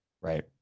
right